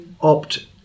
opt